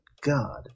God